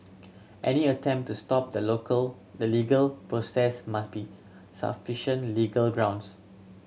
any attempt to stop the local the legal process must be sufficient legal grounds